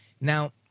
Now